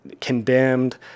condemned